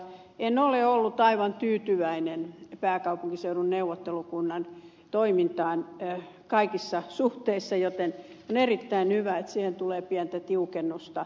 en ole ollut aivan tyytyväinen pääkaupunkiseudun neuvottelukunnan toimintaan kaikissa suhteissa joten on erittäin hyvä että siihen tulee pientä tiukennusta